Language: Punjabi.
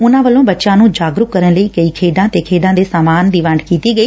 ਉਨੂਾ ਵੱਲੋਂ ਬੱਚਿਆਂ ਨੂੰ ਜਾਗਰੂਕ ਕਰਨ ਲਈ ਕਈ ਖੇਡਾਂ ਤੇ ਖੇਡਾਂ ਦੈ ਸਾਮਾਨ ਦੀ ਵੰਡ ਵੀ ਕੀਤੀ ਗਈ